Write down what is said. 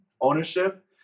ownership